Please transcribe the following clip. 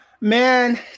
Man